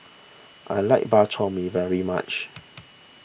I like Bak Chor Mee very much